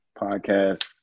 podcast